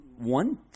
one